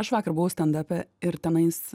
aš vakar buvau stendape ir tenais